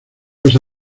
pues